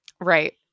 Right